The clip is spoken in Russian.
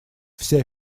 все